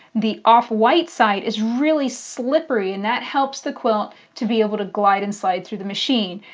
the off white side is really slippery and that helps the quilt to be able to glide and slide through the machine.